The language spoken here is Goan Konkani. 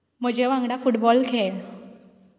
म्हजे वांगडा फुटबॉल खेळ